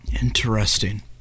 Interesting